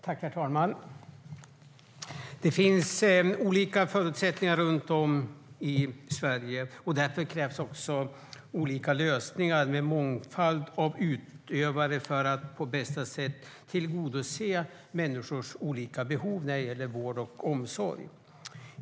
Herr talman! Det finns olika förutsättningar runtom i Sverige. Därför krävs också olika lösningar med en mångfald av utövare för att på bästa sätt tillgodose människors olika behov av vård och omsorg.